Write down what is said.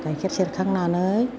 गाइखेर सेरखांनानै